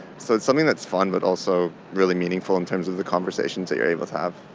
so it's something that's fun but also really meaningful in terms of the conversations that you are able to have.